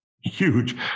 huge